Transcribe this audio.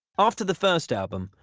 after the first album,